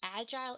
agile